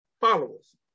followers